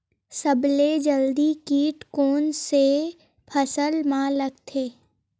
सबले जल्दी कीट कोन से फसल मा लगथे?